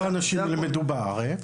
יותר אנשים ילמדו בארץ,